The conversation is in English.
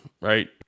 right